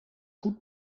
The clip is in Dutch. goed